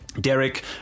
Derek